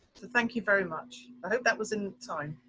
thank you very much. i hope that was in time.